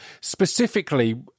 specifically